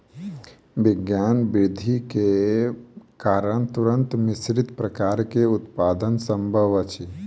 विज्ञान वृद्धि के कारण तूरक मिश्रित प्रकार के उत्पादन संभव अछि